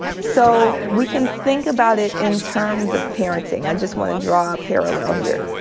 so we can think about it in terms of parenting. i just wanna draw a parallel here.